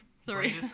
Sorry